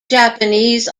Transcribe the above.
japanese